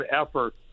effort